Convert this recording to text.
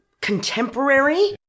contemporary